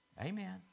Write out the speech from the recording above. Amen